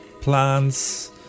plants